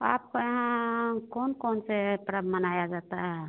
आप के यहाँ कौन कौन से पर्व मनाया जाता है